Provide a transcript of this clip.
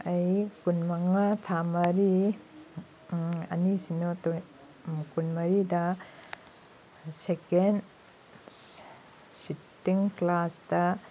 ꯑꯩ ꯀꯨꯟ ꯃꯉꯥ ꯊꯥ ꯃꯔꯤ ꯑꯅꯤ ꯁꯤꯅꯣ ꯀꯨꯟ ꯃꯔꯤꯗ ꯁꯦꯀꯦꯟ ꯁꯤꯠꯇꯤꯡ ꯀ꯭ꯂꯥꯁꯇ